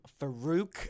Farouk